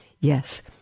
Yes